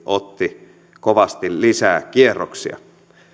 otti kovasti lisää kierroksia